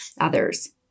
others